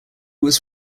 was